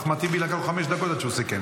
אחמד טיבי, לקח לו חמש דקות עד שהוא סיכם.